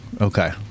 okay